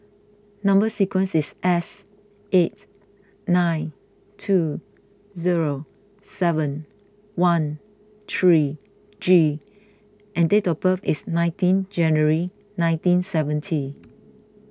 Number Sequence is S eight nine two zero seven one three G and date of birth is nineteen January nineteen seventy